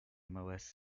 mos